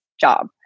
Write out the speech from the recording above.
job